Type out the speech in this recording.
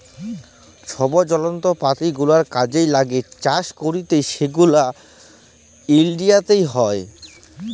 ছব যলত্রপাতি গুলা কাজে ল্যাগে চাষ ক্যইরতে সেগলা ইলডিয়াতে হ্যয়